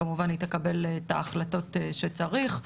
והיא כמובן תקבל את ההחלטות שצריך.